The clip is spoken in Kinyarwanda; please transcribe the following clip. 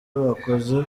bakoze